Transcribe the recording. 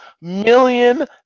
million